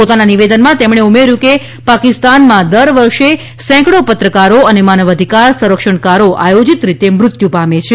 પોતાના નિવેદનમાં તેમણે ઉમેર્યું કે પાકિસ્તાનમાં દર વર્ષે સેંકડો પત્રકારો અને માનવાધિકાર સંરક્ષણકારો આયોજિત રીતે મૃત્યુ પામે છે